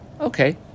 Okay